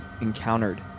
encountered